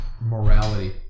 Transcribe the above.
morality